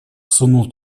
сунул